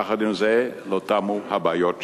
יחד עם זה, לא תמו הבעיות שלנו,